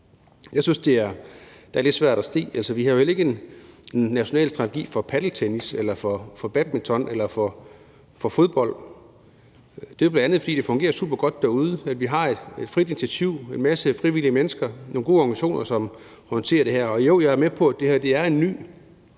Jeg synes, det er lidt svært at se. Vi har jo heller ikke en national strategi for padeltennis eller for badminton eller for fodbold. Det er jo, bl.a. fordi det fungerer supergodt derude. Vi har et frit initiativ, en massiv frivillige mennesker, nogle gode organisationer, som håndterer det her. Jo, jeg er med på, at det her er en ny